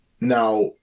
Now